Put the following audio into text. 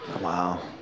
Wow